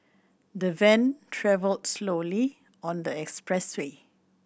the van travelled slowly on the expressway